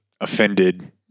offended